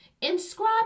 Inscribe